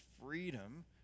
freedom